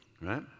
right